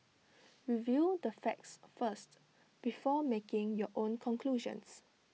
review the facts first before making your own conclusions